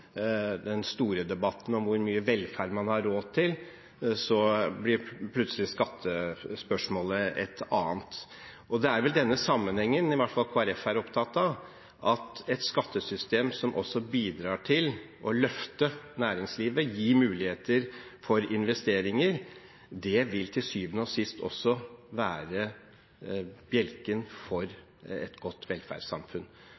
den store debatten om hvor mye velferd man har råd til, blir plutselig skattespørsmålet et annet. Det er denne sammenhengen i hvert fall Kristelig Folkeparti er opptatt av, at et skattesystem som også bidrar til å løfte næringslivet og, gi muligheter for investeringer, vil til syvende og sist også være bjelken